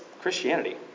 Christianity